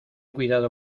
cuidado